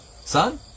son